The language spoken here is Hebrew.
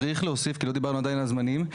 כי לא דיברנו עדיין על זמנים,